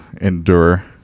endure